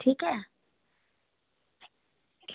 ठीक ऐ